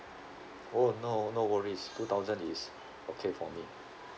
oh no no worries two thousand is okay for me